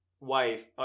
wife